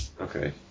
Okay